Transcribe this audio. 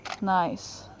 nice